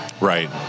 Right